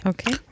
Okay